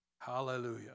Hallelujah